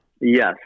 Yes